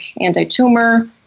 anti-tumor